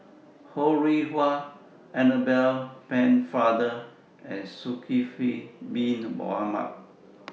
Ho Rih Hwa Annabel Pennefather and Zulkifli Bin Mohamed